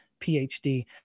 PhD